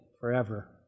forever